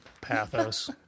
Pathos